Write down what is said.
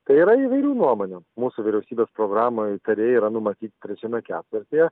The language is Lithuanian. tai yra įvairių nuomonių mūsų vyriausybės programoj tarėjai yra numatyti trečiame ketvirtyje